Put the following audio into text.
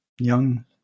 young